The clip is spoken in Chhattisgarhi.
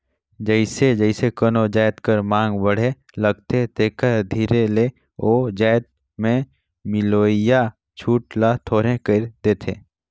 जइसे जइसे कोनो जाएत कर मांग बढ़े लगथे तेकर धीरे ले ओ जाएत में मिलोइया छूट ल थोरहें कइर देथे